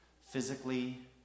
Physically